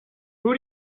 who